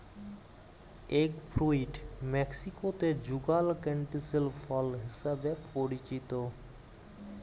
egg fruit মেক্সিকোতে যুগাল canistel ফল হিসেবে পরিচিত